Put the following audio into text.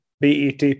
bet